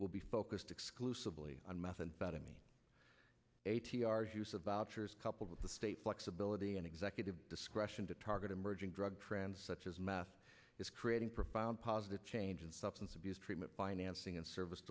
will be focused exclusively on methamphetamine a t r use of vouchers coupled with the state flexibility and executive discretion to target emerging drug trends such as math is creating profound positive change in substance abuse treatment financing and service